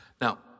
Now